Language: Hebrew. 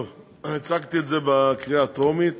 טוב, הצגתי את זה בקריאה טרומית